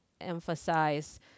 emphasize